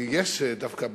כי יש דווקא,